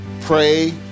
pray